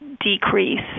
decrease